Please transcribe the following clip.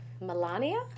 Melania